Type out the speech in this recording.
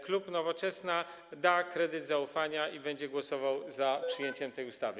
Klub Nowoczesna udzieli kredytu zaufania i będzie głosował za przyjęciem tej ustawy.